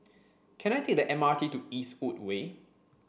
can I take the M R T to Eastwood Way